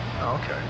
okay